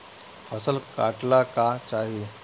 फसल काटेला का चाही?